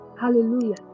hallelujah